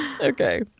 Okay